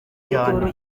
cyane